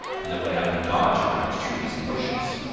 and the way i can dodge around trees and bushes.